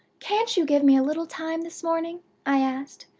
can't you give me a little time this morning i asked.